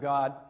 God